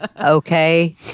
okay